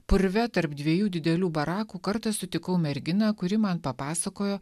purve tarp dviejų didelių barakų kartą sutikau merginą kuri man papasakojo